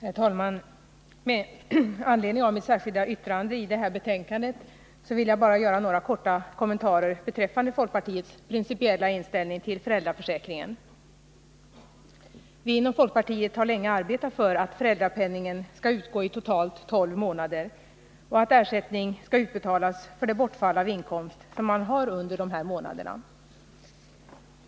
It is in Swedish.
Herr talman! Med anledning av mitt särskilda yttrande till socialförsäkringsutskottets betänkande 11 vill jag bara göra några korta kommentarer beträffande folkpartiets principiella inställning till föräldraförsäkringen. Vi inom folkpartiet har länge arbetat för att föräldrapenningen skall utgå i totalt tolv månader och att ersättning skall utbetalas för det bortfall av inkomst som man har under alla dessa månader.